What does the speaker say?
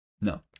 No